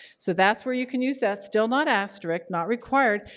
so that's where you can use that, still not asterisk, not required,